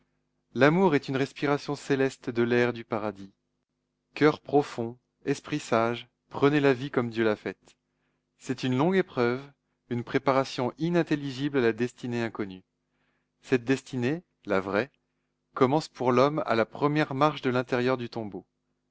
l'amour est une respiration céleste de l'air du paradis coeurs profonds esprits sages prenez la vie comme dieu la faite c'est une longue épreuve une préparation inintelligible à la destinée inconnue cette destinée la vraie commence pour l'homme à la première marche de l'intérieur du tombeau